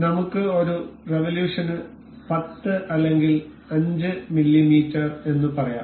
നമുക്ക് ഒരു റിവൊല്യൂഷന് 10 അല്ലെങ്കിൽ 5 മില്ലീമീറ്റർ എന്ന് പറയാം